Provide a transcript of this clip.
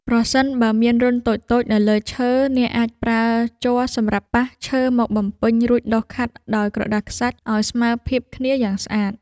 ប្រសិនបើមានរន្ធតូចៗនៅលើឈើ អ្នកអាចប្រើជ័រសម្រាប់ប៉ះឈើមកបំពេញ រួចដុសខាត់ដោយក្រដាសខ្សាច់ឱ្យស្មើភាពគ្នាយ៉ាងស្អាត។